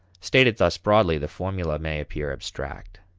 stated thus broadly, the formula may appear abstract.